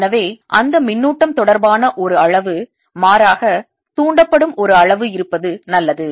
எனவே அந்த மின்னூட்டம் தொடர்பான ஒரு அளவு மாறாக தூண்டப்படும் ஒரு அளவு இருப்பது நல்லது